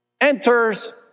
enters